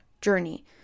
journey